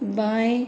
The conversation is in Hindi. बाएं